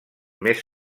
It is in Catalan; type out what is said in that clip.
més